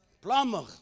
plumber